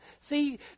See